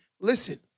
Listen